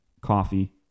coffee